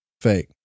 Fake